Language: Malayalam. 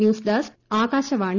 news desk Akashvani